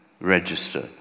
register